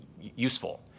useful